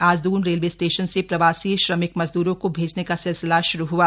आज Doon railway station से प्रवासी श्रमिक मजदूरों को भेजने का सिलसिला श्रू हुआ